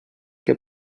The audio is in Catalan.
que